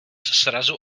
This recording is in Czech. srazu